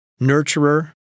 nurturer